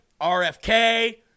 RFK